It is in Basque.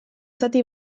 zati